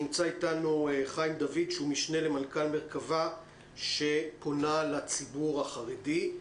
נמצא איתנו חיים דוד שהוא משנה למנכ"ל מרכבה שפונה לציבור החרדי.